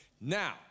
Now